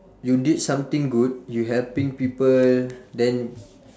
you did something good you helping people then